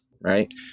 right